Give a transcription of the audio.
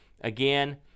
Again